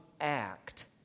act